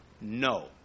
No